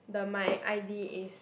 the my i_d is